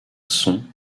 son